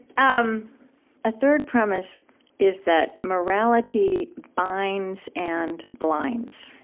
um a third premise is that morality binds and blinds.